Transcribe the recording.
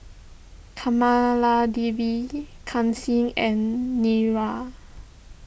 Kamaladevi Kanshi and Niraj